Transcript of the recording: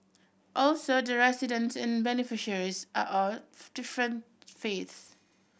also the residents and beneficiaries are off different faiths